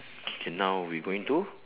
okay now we going to